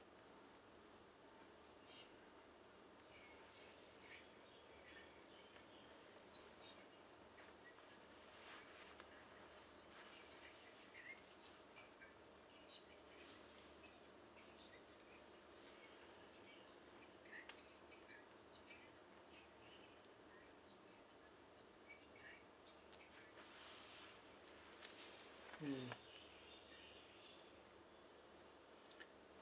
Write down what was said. mm